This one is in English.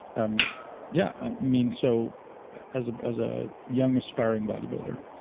um yeah, i mean so as ah as a young aspiring bodybuilder,